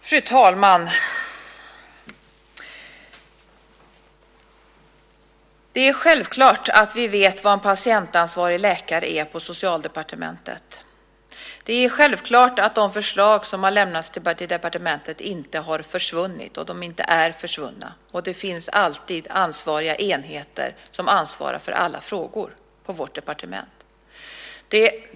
Fru talman! Det är självklart att vi på Socialdepartementet vet vad en patientansvarig läkare är. Det är självklart att de förslag som har lämnats till departementet inte har försvunnit och inte är försvunna. Det finns alltid ansvariga enheter som ansvarar för alla frågor på vårt departement.